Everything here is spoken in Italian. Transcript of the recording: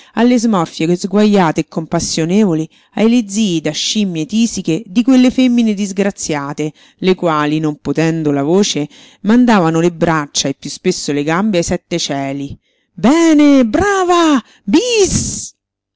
alle smorfie sguajate e compassionevoli ai lezii da scimmie tisiche di quelle femmine disgraziate le quali non potendo la voce mandavano le braccia e piú spesso le gambe ai sette cieli